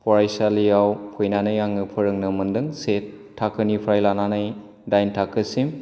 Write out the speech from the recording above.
फरायसालियाव फैनानै आङो फोरोंनो मोन्दों से थाखोनिफ्राय लानानै दाइन थाखोसिम